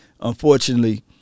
unfortunately